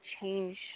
change